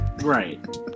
Right